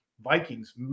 vikings